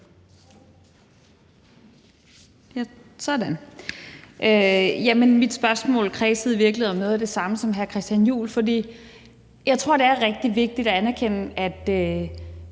(RV): Mit spørgsmål kredsede i virkeligheden om noget af det samme, som hr. Christian Juhl snakkede om. For jeg tror, det er rigtig vigtigt at anerkende, at